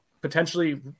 potentially